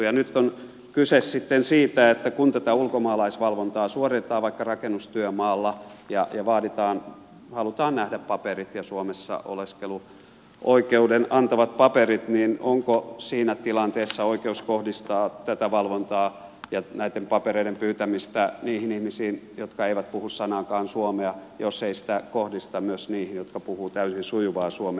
ja nyt on kyse sitten siitä että kun tätä ulkomaalaisvalvontaa suoritetaan vaikka rakennustyömaalla ja halutaan nähdä suomessa oleskeluoikeuden antavat paperit niin onko siinä tilanteessa oikeus kohdistaa tätä valvontaa ja näitten papereiden pyytämistä niihin ihmisiin jotka eivät puhu sanaakaan suomea jos ei sitä kohdisteta myös niihin jotka puhuvat täysin sujuvaa suomea